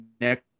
next